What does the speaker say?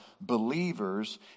believers